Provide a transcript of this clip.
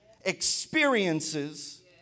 experiences